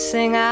Sing